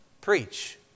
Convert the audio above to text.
preach